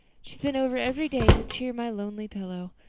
she's been over every day to cheer my lonely pillow.